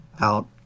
out